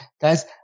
Guys